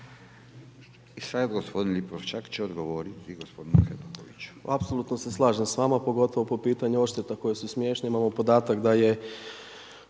I sada gospodin Lipošćak će odgovoriti gospodinu Hajdukoviću. **Lipošćak, Tomislav (HDZ)** Apsolutno se slažem s vama, pogotovo po pitanju odšteta koje su smiješne, imamo podatak, da je